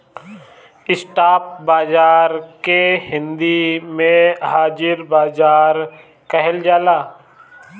spot बाजार के हिंदी में हाजिर बाजार कहल जाला